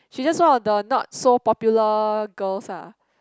she just one of the not so popular girls ah